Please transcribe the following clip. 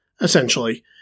essentially